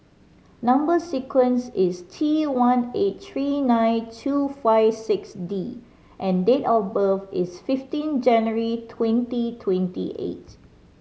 number sequence is T one eight three nine two five six D and date of birth is fifteen January twenty twenty eight